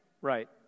Right